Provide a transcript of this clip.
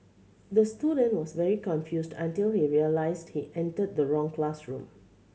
the student was very confused until he realised he entered the wrong classroom